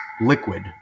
liquid